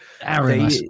aaron